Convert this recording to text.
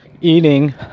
eating